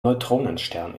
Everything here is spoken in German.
neutronenstern